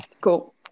Cool